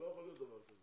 זה לא יכול להיות דבר כזה.